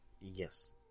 yes